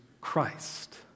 Christ